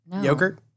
Yogurt